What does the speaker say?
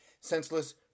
senseless